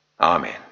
Amen